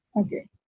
okay